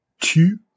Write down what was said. two